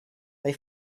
they